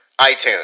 itunes